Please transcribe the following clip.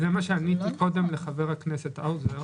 זה מה שעניתי קודם לחבר הכנסת האוזר.